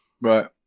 right